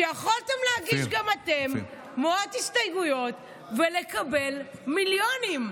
שיכולתם להגיש גם אתם מאות הסתייגויות ולקבל מיליונים.